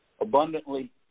abundantly